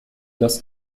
das